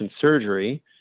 surgery